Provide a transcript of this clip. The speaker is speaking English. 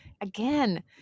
again